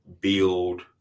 build